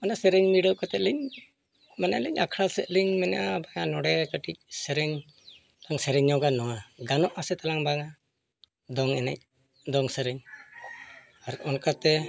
ᱢᱟᱱᱮ ᱥᱮᱨᱧ ᱵᱤᱰᱟᱹᱣ ᱠᱟᱛᱮᱫ ᱞᱤᱧ ᱢᱟᱱᱮ ᱟᱹᱞᱤᱧ ᱟᱠᱷᱲᱟ ᱥᱮᱫ ᱞᱤᱧ ᱢᱮᱱᱮᱜᱼᱟ ᱵᱟᱝᱠᱷᱟᱱ ᱱᱚᱰᱮ ᱠᱟᱹᱴᱤᱡ ᱥᱮᱨᱮᱧ ᱥᱮᱨᱮᱧ ᱧᱚᱜᱼᱟ ᱱᱚᱣᱟ ᱜᱟᱱᱚᱜᱼᱟ ᱟᱥᱮ ᱛᱟᱞᱟᱝ ᱵᱟᱝᱟ ᱫᱚᱝ ᱮᱱᱮᱡ ᱫᱚᱝ ᱥᱮᱨᱮᱧ ᱟᱨ ᱚᱱᱠᱟᱛᱮ